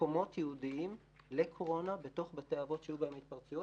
מקומות ייעודיים לקורונה בתוך בתי האבות שיהיו בהם התפרצויות.